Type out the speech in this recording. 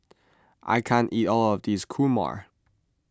I can't eat all of this Kurma